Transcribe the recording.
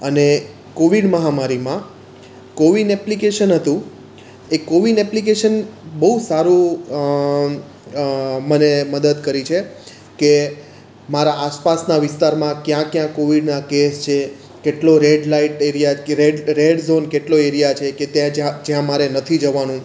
અને કોવિડ મહામારીમાં CoWIN application હતું એ કોવિન એપ્લિકેશન બહુ સારો મને મદદ કરી છે કે મારા આસપાસના વિસ્તારમાં ક્યાં ક્યાં કોવિડના કેસ છે કેટલો રેડલાઇટ એરિયા રેડ ઝોન કેટલો એરીયા છે કે ત્યાં જ્યાં મારે નથી જવાનું